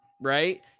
right